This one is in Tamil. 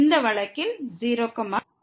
இந்த வழக்கில் அது 0 0 ஆகும்